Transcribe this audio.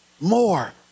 More